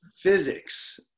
physics